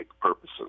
purposes